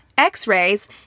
x-rays